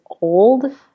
old